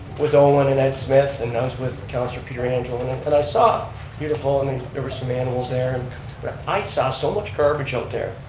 with owen and ed smith, and i was with councilor pietrangelo and i saw beautiful, and and there were some animals there, and i saw so much garbage out there,